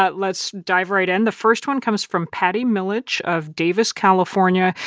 but let's dive right in. the first one comes from patty milich of davis, calif. ah and